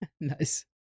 Nice